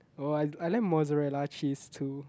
oh I I like mozzarella cheese too